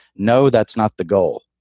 no, that's not the goal.